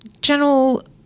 general